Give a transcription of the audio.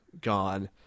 gone